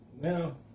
Now